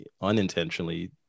unintentionally